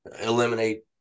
eliminate